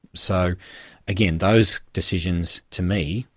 so again, those decisions, to me,